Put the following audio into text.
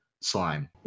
slime